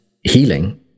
healing